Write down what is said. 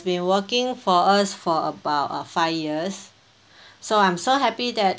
been working for us for about uh five years so I'm so happy that